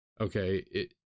okay